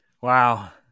Wow